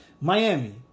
Miami